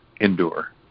endure